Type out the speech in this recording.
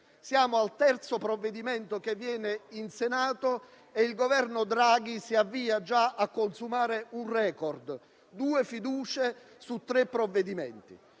Siamo al terzo provvedimento che arriva in Senato e il Governo Draghi si avvia già a consumare un *record*: due fiducie su tre provvedimenti.